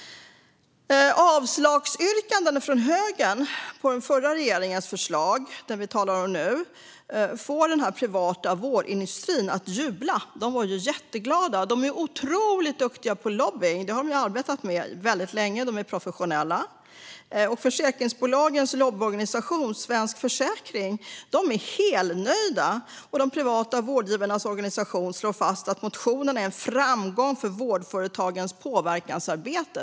Avslagsyrkandena från högern på den förra regeringens förslag, som vi talar om nu, får den privata vårdindustrin att jubla. De var jätteglada. De är otroligt duktiga på lobbning. De har arbetat med det väldigt länge och är professionella. I försäkringsbolagens lobbyorganisation Svensk Försäkring är man helnöjd, och de privata vårdgivarnas organisation slår fast att motionen är en framgång för vårdföretagens påverkansarbete.